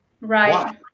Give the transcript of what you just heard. Right